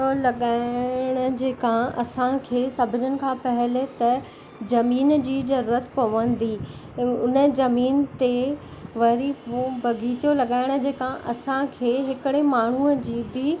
लॻाइणु जेका असांखे सभिनीनि खां पहिले त ज़मीन जी ज़रूरत पवंदी उन ज़मीन ते वरी उहो बाग़ीचो लॻाइणु जेका असांखे हिकिड़े माण्हूअ जी बि